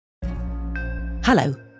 Hello